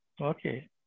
Okay